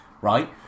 Right